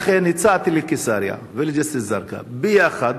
לכן הצעתי לקיסריה ולג'סר-א-זרקא ביחד